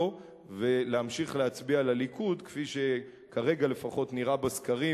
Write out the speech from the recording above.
ולהמשיך להצביע לליכוד כפי שכרגע לפחות נראה בסקרים,